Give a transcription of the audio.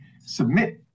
submit